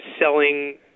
selling